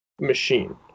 machine